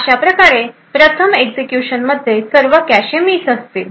अशा प्रकारे प्रथम एक्झिक्यूशन मध्ये सर्व कॅशे मिस असतील